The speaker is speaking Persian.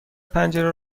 پنجره